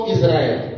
Israel